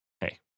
Hey